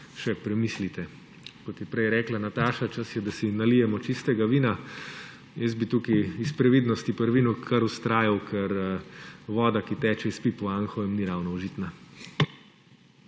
še premislite. Kot je prej rekla Nataša, čas je, da si nalijemo čistega vina. Jaz bi tukaj iz previdnosti pri vinu kar vztrajal, ker voda, ki teče iz pip v Anhovem, ni ravno užitna.